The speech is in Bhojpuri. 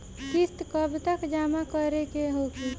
किस्त कब तक जमा करें के होखी?